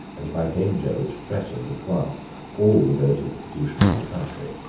and by danger which threatened at once all the great institutions of the country.